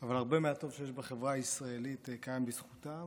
אבל הרבה מהטוב שיש בחברה הישראלית קיים בזכותם.